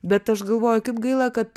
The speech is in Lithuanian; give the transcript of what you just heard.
bet aš galvoju kaip gaila kad